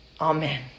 Amen